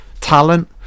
talent